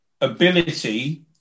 ability